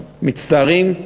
מצטערים,